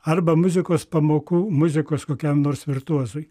arba muzikos pamokų muzikos kokiam nors virtuozui